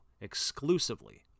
exclusively